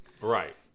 Right